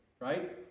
right